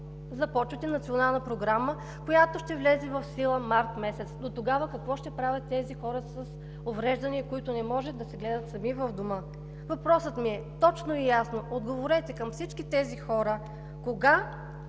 започвате национална програма, която ще влезе в сила през март месец. Дотогава какво ще правят тези хора с увреждания, които не могат да се гледат сами в дома? Въпросът ми – точно и ясно отговорете на всички тези хора: кога